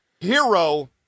Hero